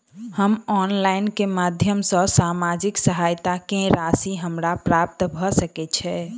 हम ऑनलाइन केँ माध्यम सँ सामाजिक सहायता केँ राशि हमरा प्राप्त भऽ सकै छै?